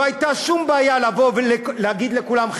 לא הייתה שום בעיה לבוא ולהגיד לכולם,